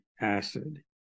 acid